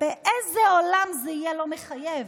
באיזה עולם זה יהיה לא מחייב?